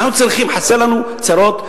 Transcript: חסרות לנו צרות?